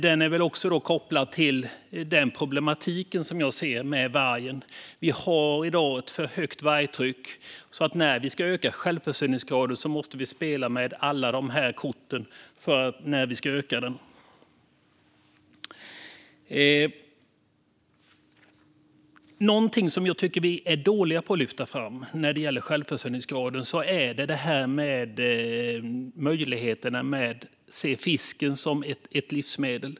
Det är också kopplat till problematiken med vargen, som jag ser det. Vi har i dag ett för högt vargtryck, så när vi ska öka självförsörjningsgraden måste vi spela med alla de korten. Någonting som jag tycker att vi är dåliga på att lyfta fram när det gäller självförsörjningsgraden är att se fisken som ett livsmedel.